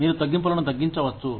మీరు తగ్గింపులను తగ్గించవచ్చు